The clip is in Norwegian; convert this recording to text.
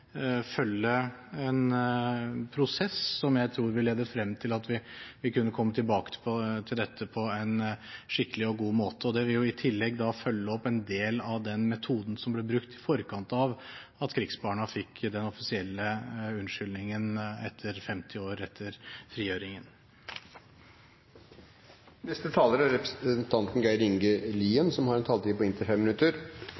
prosess, som jeg tror vil lede frem til at vi vil kunne komme tilbake til dette på en skikkelig og god måte. Det vil i tillegg følge opp en del av den metoden som ble brukt i forkant av at krigsbarna fikk den offisielle unnskyldningen 50 år etter frigjøringen. Først vil eg takke interpellanten for å bringe eit veldig viktig tema inn i stortingssalen, eit tema som ofte har